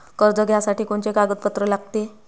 कर्ज घ्यासाठी कोनचे कागदपत्र लागते?